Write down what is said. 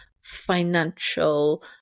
financial